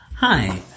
Hi